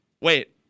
wait